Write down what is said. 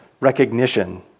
recognition